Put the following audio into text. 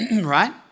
right